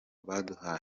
baduhaye